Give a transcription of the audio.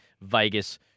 Vegas